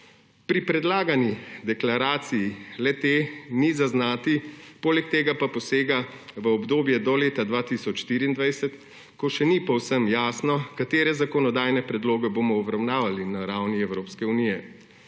Pri predlagani deklaraciji le-teh ni zaznati, poleg tega pa posega v obdobje do leta 2024, ko še ni povsem jasno, katere zakonodajne predloge bomo obravnavali na ravni Evropske unije.